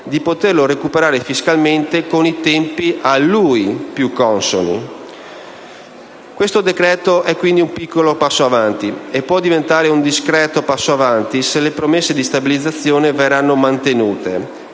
di recuperarlo fiscalmente con i tempi a lui più consoni. Questo decreto è dunque un piccolo passo avanti e può diventare un discreto passo avanti se le promesse di stabilizzazione verranno mantenute;